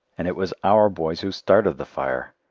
and it was our boys who started the fire!